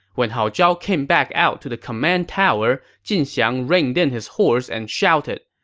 when hao zhao came back out to the command tower, jin xiang reined in his horse and shouted,